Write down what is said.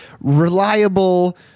reliable